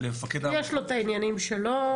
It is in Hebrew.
יש לו את העניינים שלו,